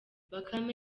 bakame